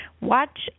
watch